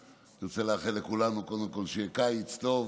אני רוצה לאחל לכולנו קודם כול שיהיה קיץ טוב,